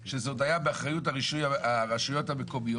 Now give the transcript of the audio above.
הוא נושא שסוף סוף נמצא על המפה בשנה וחצי-שנתיים האחרונות.